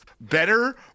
better